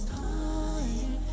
time